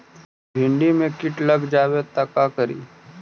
भिन्डी मे किट लग जाबे त का करि?